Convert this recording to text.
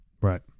Right